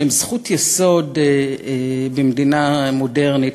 שהם זכות יסוד במדינה מודרנית,